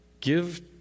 Give